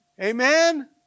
Amen